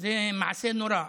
זה מעשה נורא.